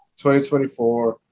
2024